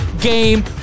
game